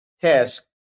task